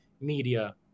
media